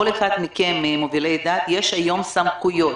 כל אחד מכם, ממובילי --- יש היום סמכויות.